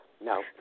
no